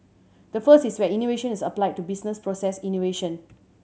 the first is where innovation is applied to business process innovation